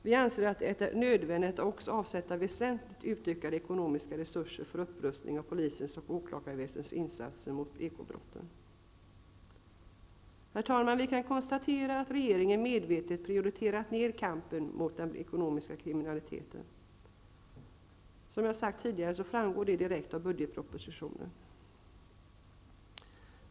Dock anser vi att det är nödvändigt att det också avsätts väsentligt utökade ekonomiska resurser för en upprustning av polisens och åklagarväsendets insatser mot ekobrotten. Herr talman! Vi kan konstatera att regeringen medvetet prioriterat ner kampen mot den ekonomiska kriminaliteten. Detta framgår, som jag sagt tidigare, direkt av budgetpropsitionen.